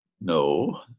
no